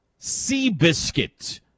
Seabiscuit